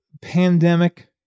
pandemic